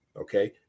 okay